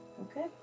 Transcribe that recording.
Okay